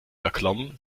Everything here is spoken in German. erklomm